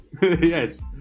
yes